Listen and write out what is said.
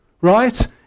right